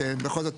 שבכל זאת